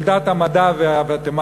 של דת המדע והמתמטיקה,